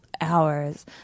hours